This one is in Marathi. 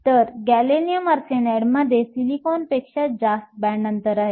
तर गॅलियम आर्सेनाइडमध्ये सिलिकॉनपेक्षा जास्त बँड अंतर आहे